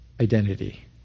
identity